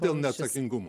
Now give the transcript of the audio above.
dėl neatsakingumo